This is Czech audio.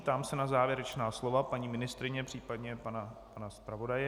Ptám se na závěrečná slova paní ministryně, případně pana zpravodaje.